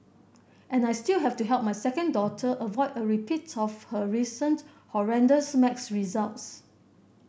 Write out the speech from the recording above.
and I still have to help my second daughter avoid a repeat of her recent horrendous maths results